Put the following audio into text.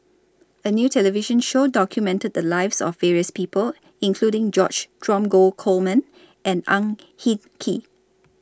A New television Show documented The Lives of various People including George Dromgold Coleman and Ang Hin Kee